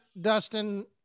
Dustin